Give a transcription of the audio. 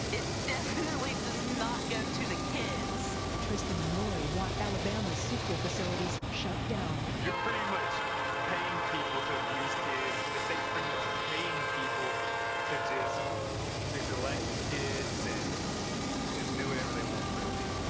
it definitely does not go to the kids. reporter tristan and laurie want alabama's sequel facilities shut down. you're pretty much paying people to abuse kids the state pretty much paying people to just neglect kids and just do whatever they want really